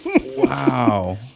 Wow